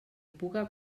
puga